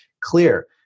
clear